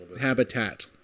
habitat